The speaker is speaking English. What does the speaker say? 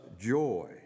joy